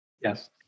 Yes